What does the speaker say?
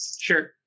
sure